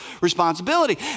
responsibility